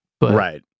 Right